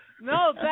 No